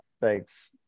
Thanks